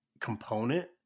component